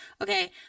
okay